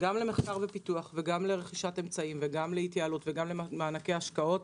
גם למחקר ופיתוח וגם לרכישת אמצעים וגם להתייעלות וגם למענקי השקעות,